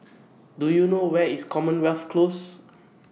Do YOU know Where IS Commonwealth Close